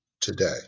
today